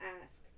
ask